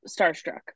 Starstruck